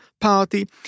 party